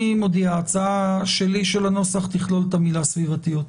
אני מודיע שההצעה שלי לנוסח תכלול את המילה "סביבתיות".